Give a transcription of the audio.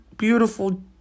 Beautiful